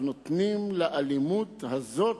נותנים לאלימות הזאת,